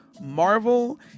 Marvel